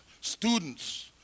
students